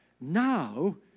now